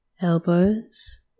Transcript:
elbows